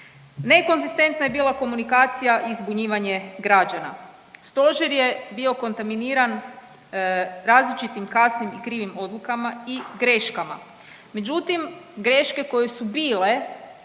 Nekonzistentna je bila komunikacija i zbunjivanje građana. Stožer je bio kontaminiran različitim kasnim i krivim odlukama i greškama. Međutim greške koje su bile